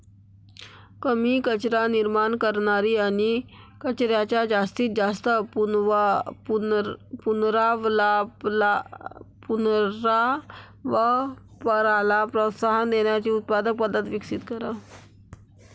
कमी कचरा निर्माण करणारी आणि कचऱ्याच्या जास्तीत जास्त पुनर्वापराला प्रोत्साहन देणारी उत्पादन पद्धत विकसित करा